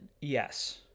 Yes